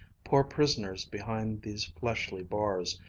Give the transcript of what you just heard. poor prisoners behind these fleshly bars,